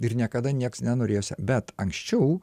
ir niekada nieks nenorės bet anksčiau